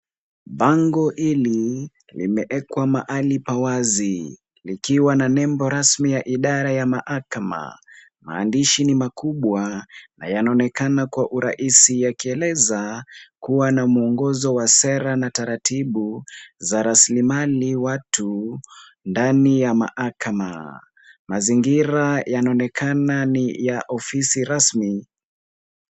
Bango ili nimeekwa maali pawazi. Nikiwa na nembo rasmi ya idara ya mahakama, maandishi ni makubwa na yanonekana kwa urahisi ya kieleza, kuwa na mwongozo wa sera na taratibu, za rasilimali watu ndani ya mahakama, mazingira yanonekana ni ya ofisi rasmi.